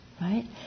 right